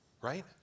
Right